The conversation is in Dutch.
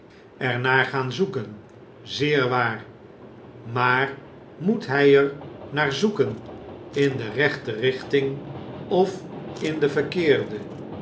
naar gaan zoeken zeer waar maar moet hy er naar zoeken in de rechte rich ting of in de verkeerde